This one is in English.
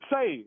Say